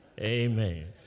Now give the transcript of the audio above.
Amen